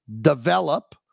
develop